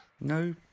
No